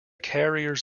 carriers